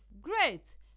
Great